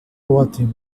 ótimo